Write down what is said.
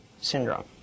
syndrome